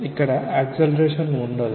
ఇక్కడ యాక్సెలేరేషన్ ఉండదు